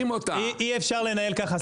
--- אי אפשר לנהל ככה שיח,